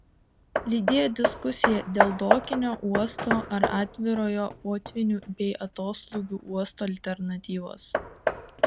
lydėjo diskusija dėl dokinio uosto ar atvirojo potvynių bei atoslūgių uosto alternatyvos